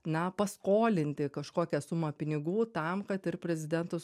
na paskolinti kažkokią sumą pinigų tam kad ir prezidentas